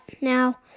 now